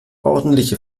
ordentliche